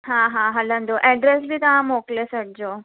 हा हा हलंदो एड्रेस बि तव्हां मोकिले छॾिजो